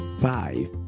five